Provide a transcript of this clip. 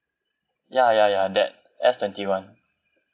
ya ya ya that S twenty one